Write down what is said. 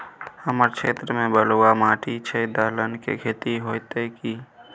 हमर क्षेत्र में बलुआ माटी छै, दलहन के खेती होतै कि?